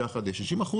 ביחד זה 60%,